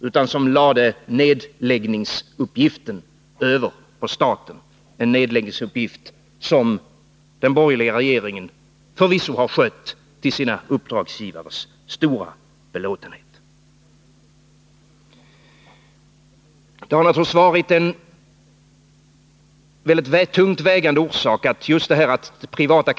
Man lade i stället över nedläggningsuppgiften på staten, en nedläggningsuppgift som den borgerliga regeringen förvisso har skött till sina uppdragsgivares stora belåtenhet. Att det privata kapitalet dragit sig undan har naturligtvis varit en väldigt tungt vägande orsak till den nuvarande utvecklingen.